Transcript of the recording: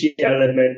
element